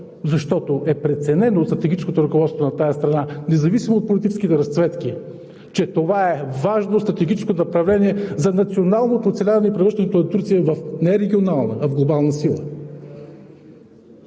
Защото е преценено от стратегическото ръководство на тази страна, независимо от политическите разцветки, че това е важно стратегическо направление за националното оцеляване и превръщането на Турция не в регионална, а в глобална сила.